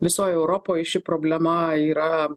visoj europoj ši problema yra